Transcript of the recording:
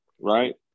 Right